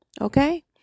Okay